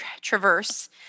Traverse